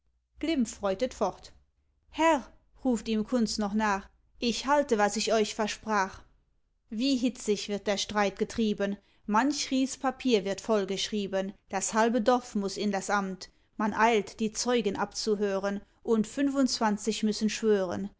glimpf reutet fort herr ruft ihm kunz noch nach ich halte was ich euch versprach wie hitzig wird der streit getrieben manch ries papier wird vollgeschrieben das halbe dorf muß in das amt man eilt die zeugen abzuhören und fünfundzwanzig müssen schwören